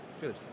Good